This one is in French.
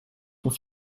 font